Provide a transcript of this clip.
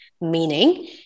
meaning